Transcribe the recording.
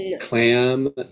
Clam